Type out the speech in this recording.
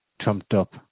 trumped-up